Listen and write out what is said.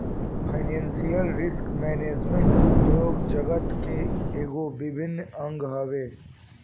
financial risk management उद्योग जगत के एगो अभिन्न अंग हवे